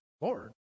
Lord